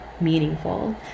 meaningful